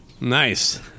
Nice